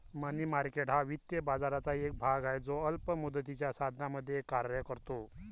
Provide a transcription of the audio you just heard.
मनी market हा वित्तीय बाजाराचा एक भाग आहे जो अल्प मुदतीच्या साधनांमध्ये कार्य करतो